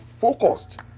focused